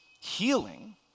healing